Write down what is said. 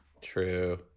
true